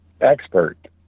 expert